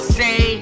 say